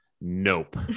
Nope